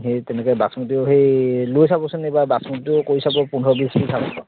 সেই তেনেকৈ বাচমতিও সেই লৈ চাবচোন এইবাৰ বাচমতিটো কৰি চাব পোন্ধৰ বিছ বিঘামান